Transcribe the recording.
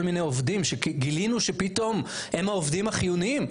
מיני עובדים שגילינו שפתאום הם העובדים החיוניים,